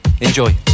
Enjoy